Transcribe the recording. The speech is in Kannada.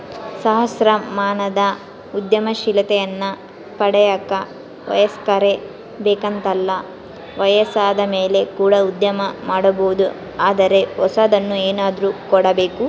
ಸಹಸ್ರಮಾನದ ಉದ್ಯಮಶೀಲತೆಯನ್ನ ಪಡೆಯಕ ವಯಸ್ಕರೇ ಬೇಕೆಂತಲ್ಲ ವಯಸ್ಸಾದಮೇಲೆ ಕೂಡ ಉದ್ಯಮ ಮಾಡಬೊದು ಆದರೆ ಹೊಸದನ್ನು ಏನಾದ್ರು ಕೊಡಬೇಕು